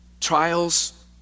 Trials